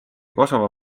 kosovo